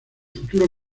futuro